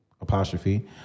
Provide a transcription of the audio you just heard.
apostrophe